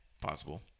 possible